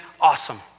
awesome